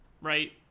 right